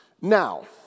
Now